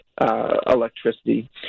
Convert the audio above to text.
electricity